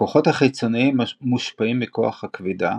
הכוחות החיצוניים מושפעים מכוח הכבידה,